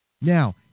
Now